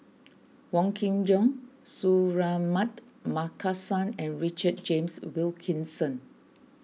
Wong Kin Jong Suratman Markasan and Richard James Wilkinson